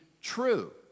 true